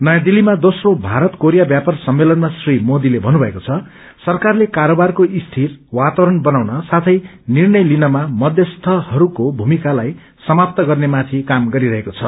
नर्याँ दिल्लीमा दोस्रो भारत कोरिया व्यापार सम्मेलनमा श्री मोदीले भन्न्रथएको छ सरकार कारोबारको स्थिर वातावरण बनाउन साथै निर्णय लिनमा मध्यस्थहस्को भूमिकालाई समाप्त गर्नेमाथि क्रम गरिरहेको छ